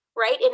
right